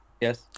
Yes